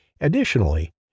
Additionally